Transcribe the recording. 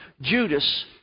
Judas